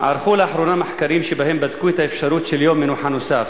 ערכו לאחרונה מחקרים שבהם בדקו את האפשרות של יום מנוחה נוסף.